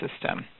system